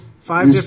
five